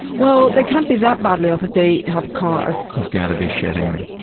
well, they can't be that badly off if they have a car. you've gotta be shitting me.